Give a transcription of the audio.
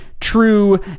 true